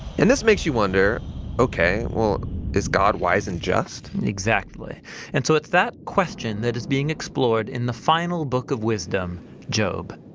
and this makes you wonder okay well is god wise and just? exactly and so it's that question that is being explored in the final book of wisdom job.